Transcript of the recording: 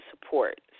support